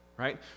right